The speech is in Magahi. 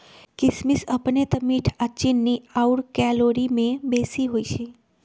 किशमिश अपने तऽ मीठ आऽ चीन्नी आउर कैलोरी में बेशी होइ छइ